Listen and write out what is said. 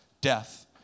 death